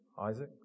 Isaac